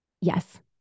Yes